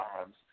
times